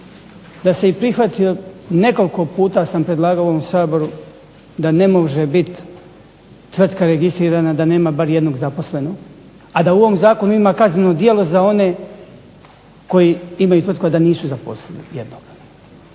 da se i prihvatilo, nekoliko sam puta predlagao u ovom saboru da ne može biti tvrtka registrirana da nema bar jednog zaposlenog, a da u ovom zakonu ima kazneno djelo za one koji imaju tvrtku a da nisu zaposlili nijednog,